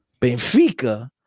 Benfica